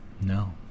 No